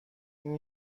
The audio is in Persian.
این